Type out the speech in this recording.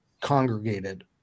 congregated